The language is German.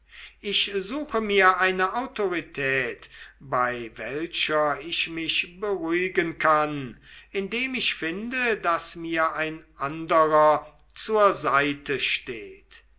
ich suche mir eine autorität bei welcher ich mich beruhigen kann indem ich finde daß mir ein anderer zur seite steht